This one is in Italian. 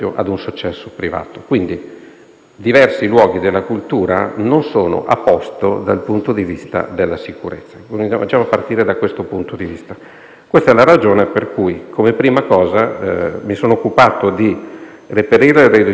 che ho smobilizzato con un decreto del 25 ottobre per realizzare un piano straordinario pluriennale di sicurezza antincendio, che sarà finanziato interamente dal Ministero. Il piano riguarderà 314 sedi